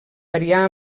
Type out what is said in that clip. variar